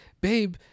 Babe